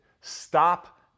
Stop